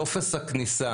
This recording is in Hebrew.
טופס הכניסה